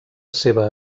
seva